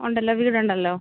ഉണ്ടല്ലോ വീടുണ്ടല്ലോ